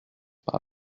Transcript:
par